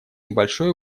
небольшой